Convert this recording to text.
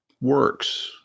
works